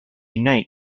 unite